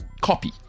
copy